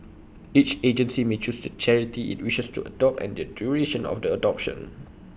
each agency may choose the charity IT wishes to adopt and the duration of the adoption